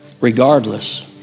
regardless